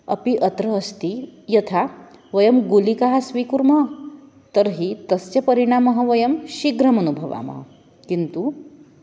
अपि अत्र अस्ति यथा वयं गुलिकाः स्वीकुर्मः तर्हि तस्य परिणामं वयं शीघ्रम् अनुभवामः किन्तु